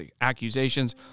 accusations